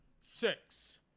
Six